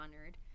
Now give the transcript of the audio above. honored